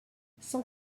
cent